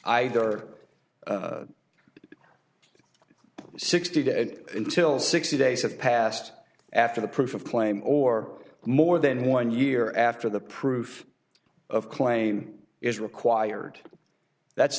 either sixty day until sixty days have passed after the proof of claim or more than one year after the proof of claim is required that's